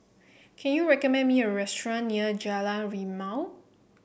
can you recommend me a restaurant near Jalan Rimau